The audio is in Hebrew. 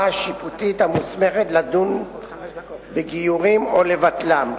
השיפוטית המוסמכת לדון בגיורים או לבטלם.